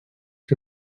que